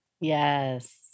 Yes